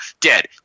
Dead